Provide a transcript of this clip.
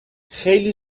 خیلی